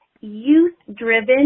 youth-driven